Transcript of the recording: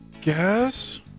guess